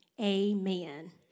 amen